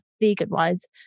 vegan-wise